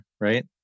right